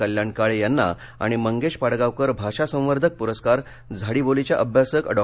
कल्याण काळे यांना आणि मंगेश पाडगांवकर भाषासंवर्धक पुरस्कार झाडीबोलीचे अभ्यासक डॉ